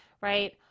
right